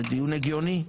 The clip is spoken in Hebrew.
זה דיון הגיוני,